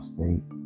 State